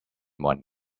one